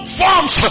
forms